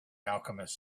alchemist